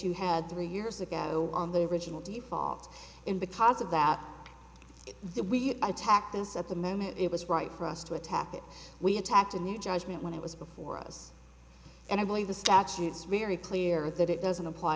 you had three years ago on the original default and because of that we attack this at the moment it was right for us to attack that we attacked a new judgment when it was before us and i believe the statutes very clear that it doesn't apply